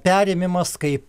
perėmimas kaip